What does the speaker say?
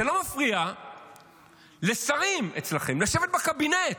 זה לא מפריע לשרים אצלכם לשבת בקבינט,